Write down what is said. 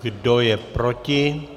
Kdo je proti?